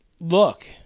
look